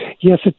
Yes